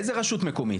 איזו רשות מקומית?